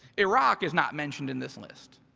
iraq is not mentioned in this list.